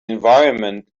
environment